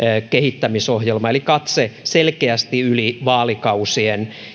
kehittämisohjelma eli katse selkeästi yli vaalikausien